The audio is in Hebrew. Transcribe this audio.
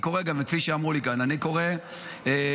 כפי שאמרו לי כאן, אני קורא לך,